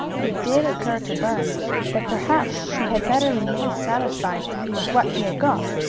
it did occur to burns that perhaps he had better remain satisfied with what he had got,